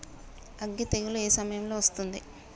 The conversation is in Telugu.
అగ్గి తెగులు ఏ సమయం లో వస్తుంది?